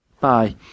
Bye